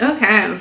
Okay